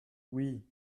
oui